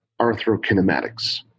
arthrokinematics